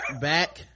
back